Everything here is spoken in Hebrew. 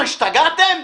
מה השתגעתם?